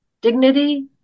dignity